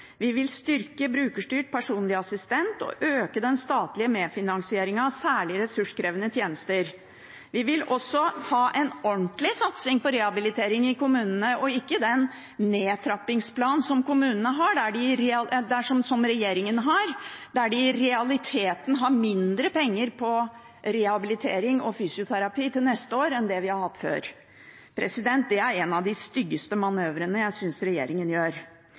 Vi vil styrke ordningen med brukerstyrt personlig assistent og øke den statlige medfinansieringen, særlig til ressurskrevende tjenester. Vi vil også ha en ordentlig satsing på rehabilitering i kommunene og ikke den nedtrappingsplanen som regjeringen har, der de i realiteten har mindre penger til rehabilitering og fysioterapi til neste år enn det vi har hatt før. Det er en av de styggeste manøvrene jeg synes regjeringen gjør.